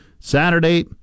Saturday